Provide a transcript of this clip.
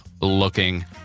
looking